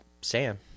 Sam